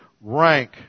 rank